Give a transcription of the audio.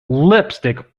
lipstick